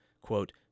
quote